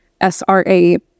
SRA